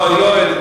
יואל,